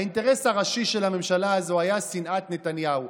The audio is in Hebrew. האינטרס הראשי של הממשלה הזאת היה שנאת נתניהו,